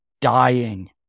dying